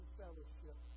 fellowship